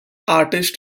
artists